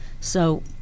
So-